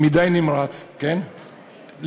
מדי נמרץ לפעמים,